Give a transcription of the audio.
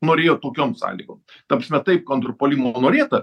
norėjo tokiom sąlygom ta prasme taip kontrpuolimo norėta